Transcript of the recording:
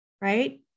right